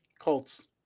colts